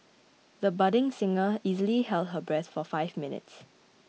the budding singer easily held her breath for five minutes